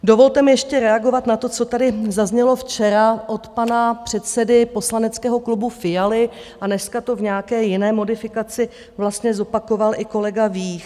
Dovolte mi ještě reagovat na to, co tady zaznělo včera od pana předsedy poslaneckého klubu Fialy a dneska to v nějaké jiné modifikaci vlastně zopakoval i kolega Vích.